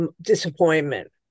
disappointment